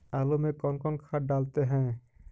आलू में कौन कौन खाद डालते हैं?